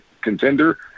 contender